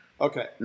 Okay